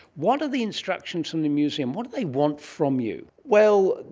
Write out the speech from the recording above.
what are the instructions from the museum, what do they want from you? well,